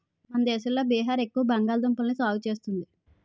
మన దేశంలో బీహార్ ఎక్కువ బంగాళదుంపల్ని సాగు చేస్తుంది